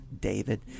david